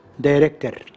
director